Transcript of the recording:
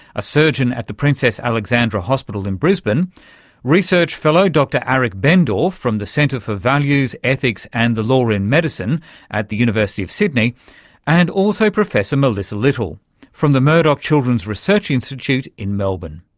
a surgeon at the princess alexandra hospital in brisbane research fellow dr aric bendorf from the centre for values, ethics and the law in medicine at the university of sydney and also professor melissa little from the murdoch children's research institute in melbourne.